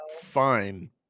fine